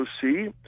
see